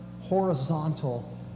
horizontal